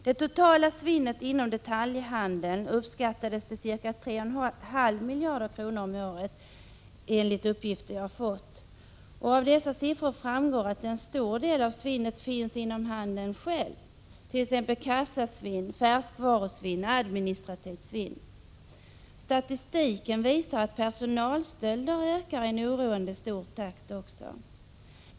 Det totala svinnet inom detaljhandeln uppskattas enligt uppgifter som jag har fått till ca 3,5 miljarder kronor om året. Av dessa siffror framgår att en stor del av svinnet finns inom handeln själv, t.ex. i form av kassasvinn, färskvarusvinn och administrativt svinn. Statistiken visar att också personalstölder ökar i en oroande takt.